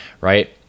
right